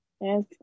Yes